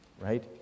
right